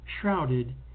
shrouded